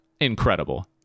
incredible